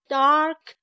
dark